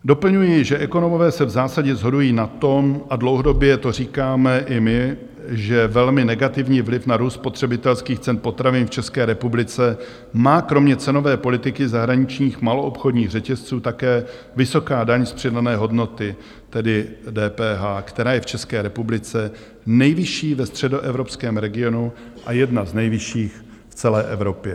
Doplňuji, že ekonomové se v zásadě shodují na tom, a dlouhodobě to říkáme i my, že velmi negativní vliv na růst spotřebitelských cen potravin v České republice má kromě cenové politiky zahraničních maloobchodních řetězců také vysoká daň z přidané hodnoty, tedy DPH, která je v České republice nejvyšší ve středoevropském regionu a jedna z nejvyšších v celé Evropě.